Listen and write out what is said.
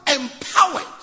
empowered